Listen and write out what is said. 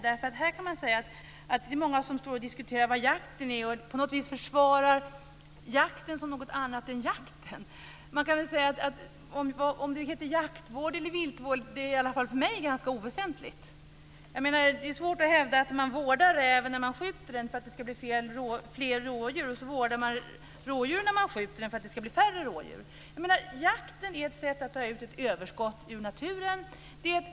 Här är det många som står och diskuterar vad jakten är och på något vis försvarar jakten som något annat än jakt. Om det heter jaktvård eller viltvård är ganska oväsentligt för mig. Det är svårt att hävda att man vårdar räven när man skjuter den för att det ska blir fler rådjur, och så vårdar man rådjuren när man skjuter dem för att det ska bli färre rådjur. Jakten är ett sätt att ta ut ett överskott ur naturen.